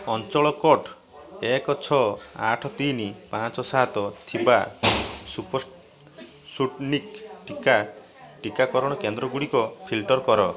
ଅଞ୍ଚଳ କୋଡ଼୍ ଏକ ଛଅ ଆଠ ତିନି ପାଞ୍ଚ ସାତ ଥିବା ସ୍ପୁଟନିକ୍ ଟିକା ଟିକାକରଣ କେନ୍ଦ୍ରଗୁଡ଼ିକ ଫିଲ୍ଟର କର